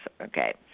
Okay